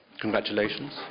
Congratulations